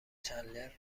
چندلر